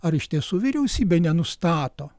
ar iš tiesų vyriausybė nenustato